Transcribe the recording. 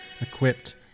equipped